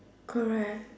correct